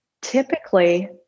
typically